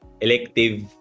elective